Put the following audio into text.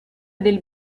del